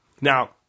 Now